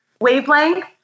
wavelength